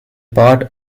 part